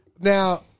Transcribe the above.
Now